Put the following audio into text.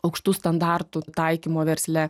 aukštų standartų taikymo versle